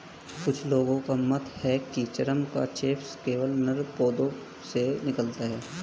कुछ लोगों का मत है कि चरस का चेप केवल नर पौधों से निकलता है